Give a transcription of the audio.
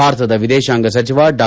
ಭಾರತದ ವಿದೇಶಾಂಗ ಸಚಿವ ಡಾ